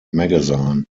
magazine